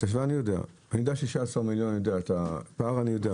אני יודע 16 מיליון, את הפער אני יודע.